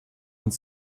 und